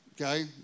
okay